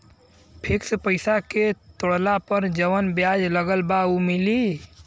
Fix पैसा के तोड़ला पर जवन ब्याज लगल बा उ मिली?